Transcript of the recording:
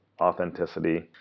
authenticity